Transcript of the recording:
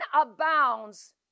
abounds